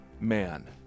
man